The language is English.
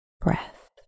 breath